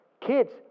Kids